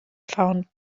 found